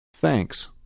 Thanks